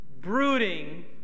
brooding